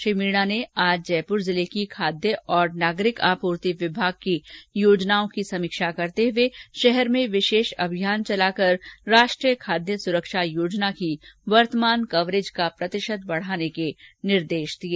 श्री मीणा ने आज जयपुर में जिले की खाद्य और नागरिक आपूर्ति विभाग की योजनाओं की समीक्षा करते हुए जयपुर शहर में विशेष अमियान चलाकर राष्ट्रीय खाद्य सुरक्षा योजना की वर्तमान कवरेज का प्रतिशत बढाने के निर्देश दिए